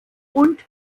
und